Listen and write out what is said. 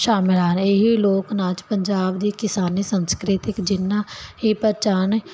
ਸ਼ਾਮਿਲ ਆ ਇਹ ਲੋਕ ਨਾਚ ਪੰਜਾਬ ਦੇ ਕਿਸਾਨ ਨੇ ਸੰਸਕ੍ਰਿਤਿਕ ਜਿੰਨਾ ਇਹ ਪਹਿਚਾਣ ਹੈ